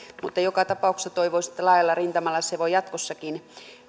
mutta joka tapauksessa toivoisi että laajalla rintamalla se voi jatkossakin